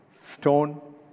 stone